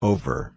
Over